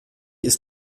ist